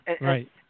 right